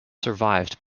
survived